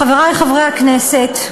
חברי חברי הכנסת,